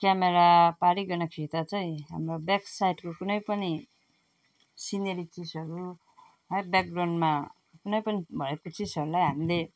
camera पारीकन खिच्दा चाहिँ हाम्रो ब्याकसाइडको कुनै पनि सिनेरी चिजहरू है ब्याकग्राउन्डमा कुनै पनि भएको चिजहरूलाई हामीले